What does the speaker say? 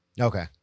Okay